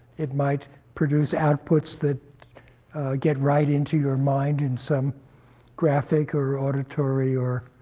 it might produce outputs that get right into your mind in some graphic or auditory or